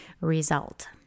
result